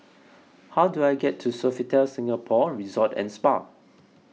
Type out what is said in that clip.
how do I get to Sofitel Singapore Resort and Spa